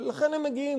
ולכן הם מגיעים,